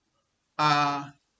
ah